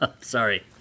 Sorry